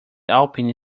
alpine